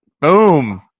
boom